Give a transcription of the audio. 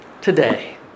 today